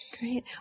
Great